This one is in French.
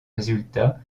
résultats